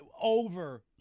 Over